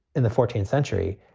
in the fourteenth century,